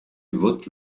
vote